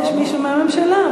יש מישהו מהממשלה,